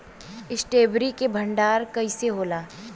Strawberry के भंडारन कइसे होला?